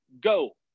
go